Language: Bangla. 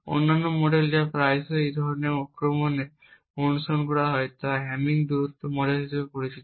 অন্যান্য মডেল যা প্রায়শই এই ধরণের আক্রমণে অনুসরণ করা হয় তা হ্যামিং দূরত্ব মডেল হিসাবে পরিচিত